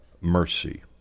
mercy